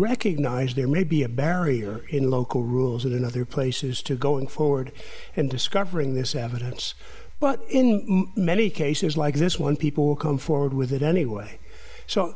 recognize there may be a barrier in local rules than other places to going forward and discovering this evidence but in many cases like this one people will come forward with it anyway so